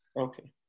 Okay